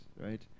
right